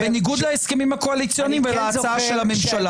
בניגוד להסכמים הקואליציוניים ולהצעה של הממשלה.